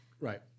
Right